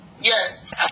Yes